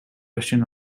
russian